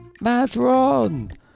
Madron